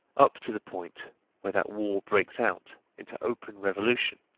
up to the point where that war breaks out into open revolution,